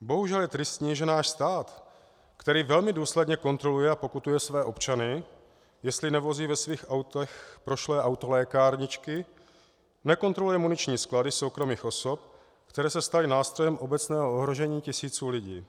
Bohužel je tristní, že náš stát, který velmi důsledně kontroluje a pokutuje své občany, jestli nevozí ve svých autech prošlé autolékárničky, nekontroluje muniční sklady soukromých osob, které se staly nástrojem obecného ohrožení tisíců lidí.